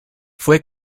fue